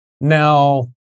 Now